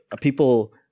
people